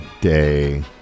day